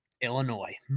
Illinois